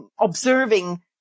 observing